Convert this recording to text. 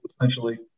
essentially